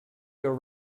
your